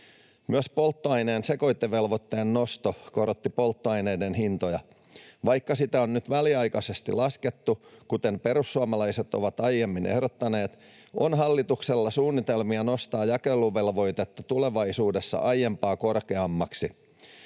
Myös polttoaineen sekoitevelvoitteen nosto korotti polttoaineiden hintoja. Vaikka sitä on nyt väliaikaisesti laskettu, kuten perussuomalaiset ovat aiemmin ehdottaneet, on hallituksella suunnitelmia nostaa jakeluvelvoitetta tulevaisuudessa aiempaa korkeammaksi.